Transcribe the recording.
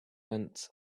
went